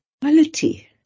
quality